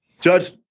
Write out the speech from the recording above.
Judge